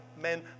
men